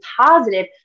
positive